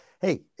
Hey